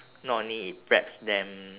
not only it preps them